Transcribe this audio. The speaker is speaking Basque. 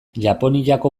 japoniako